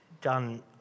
done